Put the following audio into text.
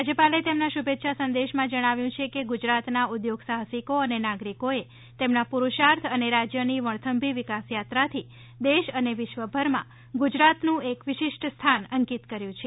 રાજ્યપાલે તેમના શુભેચ્છા સંદેશામાં જણાવ્યું કે ગુજરાતના ઉદ્યોગ સાહસિકો અને નાગરિકોએ તેમના પુડુષાર્થ અને રાજ્યની વણથંભી વિકાસયાત્રાથી દેશ અને વિશ્વભરમાં ગુજરાતનું એક વિશિષ્ઠ સ્થાન અંકિત કર્યું છે